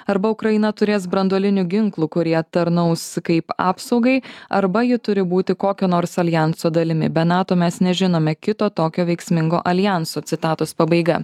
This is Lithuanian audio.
arba ukraina turės branduolinių ginklų kurie tarnaus kaip apsaugai arba ji turi būti kokio nors aljanso dalimi be nato mes nežinome kito tokio veiksmingo aljanso citatos pabaiga